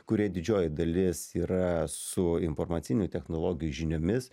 kurie didžioji dalis yra su informacinių technologijų žiniomis